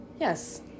yes